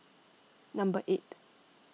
number eight